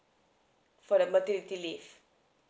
for the maternity leave